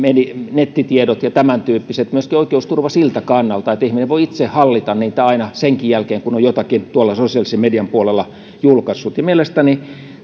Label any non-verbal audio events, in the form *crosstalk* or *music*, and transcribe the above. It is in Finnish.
nettitiedot ja tämän tyyppiset myöskin oikeusturva siltä kannalta että ihminen voi itse hallita niitä aina senkin jälkeen kun on jotakin sosiaalisen median puolella julkaissut mielestäni *unintelligible*